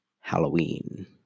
Halloween